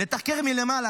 לתחקר מלמעלה,